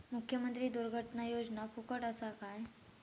मुख्यमंत्री दुर्घटना योजना फुकट असा काय?